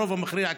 הרוב המכריע,